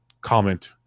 comment